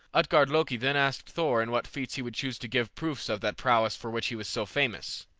utgard-loki then asked thor in what feats he would choose to give proofs of that prowess for which he was so famous.